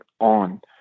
on